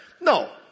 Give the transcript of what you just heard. No